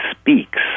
speaks